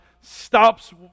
stops